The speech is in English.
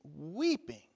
weeping